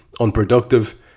unproductive